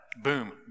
boom